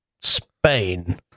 Spain